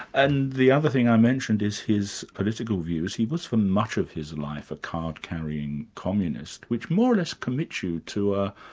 and the other thing i mentioned is his political views. he was for much of his life a card-carrying communist, which more or less commits you to a